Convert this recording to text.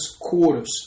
quarters